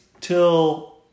till